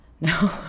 No